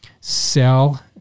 sell